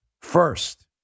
First